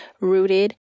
rooted